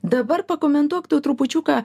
dabar pakomentuok tu trupučiuką